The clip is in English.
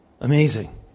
Amazing